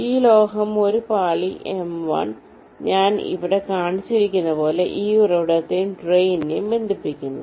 ഈ ലോഹം ഒരു പാളി m1 ഞാൻ ഇവിടെ കാണിച്ചിരിക്കുന്നതുപോലെ ഈ ഉറവിടത്തെയും ഡ്രെയിനിനെയും ബന്ധിപ്പിക്കുന്നു